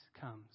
comes